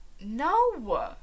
No